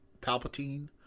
Palpatine